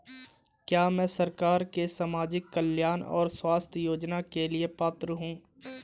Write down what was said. क्या मैं सरकार के सामाजिक कल्याण और स्वास्थ्य योजना के लिए पात्र हूं?